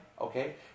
okay